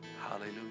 Hallelujah